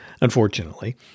unfortunately